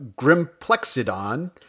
Grimplexidon